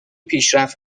پیشرفت